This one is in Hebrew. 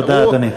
תודה, אדוני.